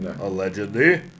Allegedly